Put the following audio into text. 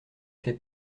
fais